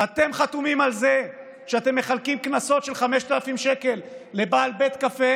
אתם חתומים על זה כשאתם מחלקים קנסות של 5,000 שקל לבעל בית קפה